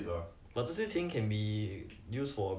thta will help to